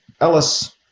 Ellis